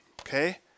Okay